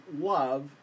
love